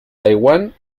taiwán